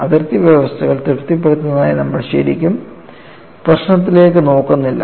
അതിർത്തി വ്യവസ്ഥകൾ തൃപ്തിപ്പെടുത്തുന്നതിനായി നമ്മൾ ശരിക്കും പ്രശ്നത്തിലേക്ക് നോക്കുന്നില്ല